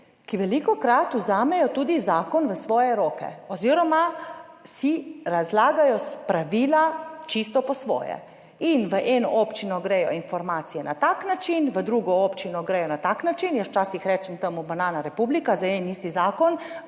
ki velikokrat vzamejo tudi zakon v svoje roke oziroma si razlagajo pravila čisto po svoje. In v eno občino gredo informacije na tak način, v drugo občino gredo na tak način, jaz včasih rečem temu banana republika, za en in isti zakon,